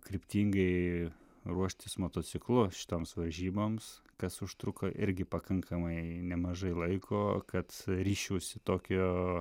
kryptingai ruoštis motociklu šitoms varžyboms kas užtruko irgi pakankamai nemažai laiko kad ryžčiausi tokio